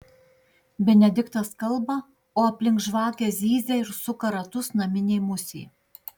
benediktas kalba o aplink žvakę zyzia ir suka ratus naminė musė